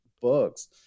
books